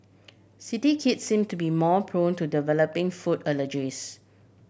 city kids seem to be more prone to developing food allergies